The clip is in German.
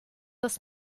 das